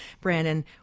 Brandon